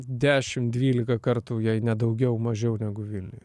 dėšim dvylika kartų jei ne daugiau mažiau negu vilniuj